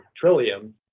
Trillium